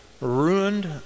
ruined